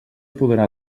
podrà